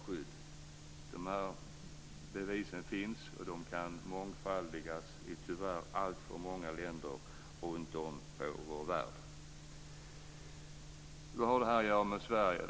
Bevisen för detta finns, och de kan mångfaldigas i tyvärr alltför många länder runtom i vår värld. Vad har det här att göra med Sverige?